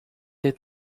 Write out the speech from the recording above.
ter